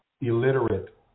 illiterate